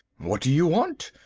what do you want?